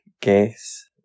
guess